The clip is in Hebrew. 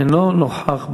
אינו נוכח במליאה.